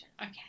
okay